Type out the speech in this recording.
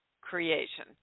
creation